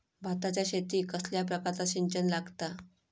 भाताच्या शेतीक कसल्या प्रकारचा सिंचन लागता?